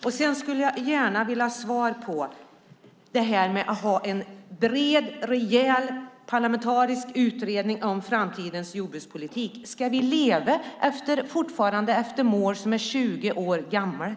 Jag skulle också gärna vilja ha svar på detta med att ha en bred parlamentarisk utredning om framtidens jordbrukspolitik. Ska vi fortsätta leva efter mål som är 20 år gamla?